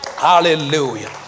Hallelujah